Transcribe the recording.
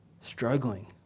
struggling